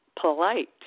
Polite